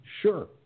Sure